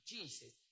Jesus